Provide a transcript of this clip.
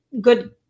good